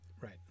Right